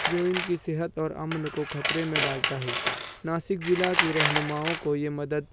جو ان کی صحت اور امن کو خطرے میں ڈالتا ہے ناسک ضلع کے رہنماؤں کو یہ مدد